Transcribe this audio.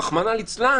חלילה,